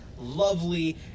lovely